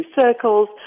circles